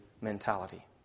mentality